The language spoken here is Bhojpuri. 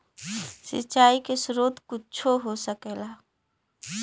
सिंचाइ के स्रोत कुच्छो हो सकेला